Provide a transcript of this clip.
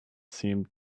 seemed